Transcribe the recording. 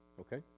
okay